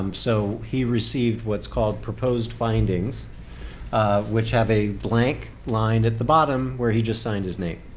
um so he received what's called proposed findings which have a blank line at the bottom where he just signs his name.